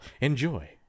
Enjoy